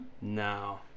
No